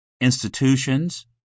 institutions